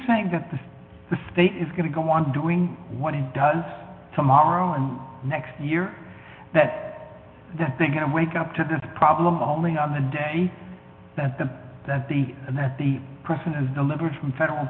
saying that this is going to go on doing what it does tomorrow and next year that's the thing i wake up to the problem calling on the day that the that the that the person is delivered from federal